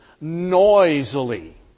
noisily